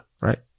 right